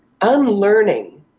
unlearning